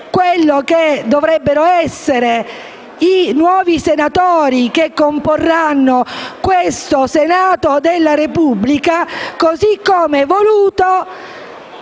coloro che dovrebbero essere i nuovi senatori che comporranno il Senato della Repubblica così come voluto